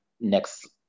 next